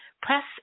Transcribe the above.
Press